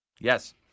Yes